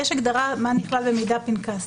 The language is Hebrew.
יש הגדרה מה נכלל במידע פנקס.